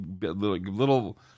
little